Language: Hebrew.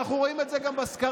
ואנחנו רואים את זה גם בסקרים.